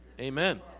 Amen